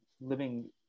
living